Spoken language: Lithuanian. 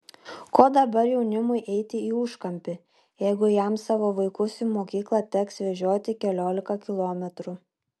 ko dabar jaunimui eiti į užkampį jeigu jam savo vaikus į mokyklą teks vežioti keliolika kilometrų